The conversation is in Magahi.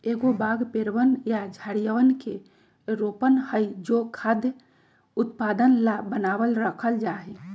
एगो बाग पेड़वन या झाड़ियवन के रोपण हई जो खाद्य उत्पादन ला बनावल रखल जाहई